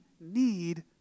need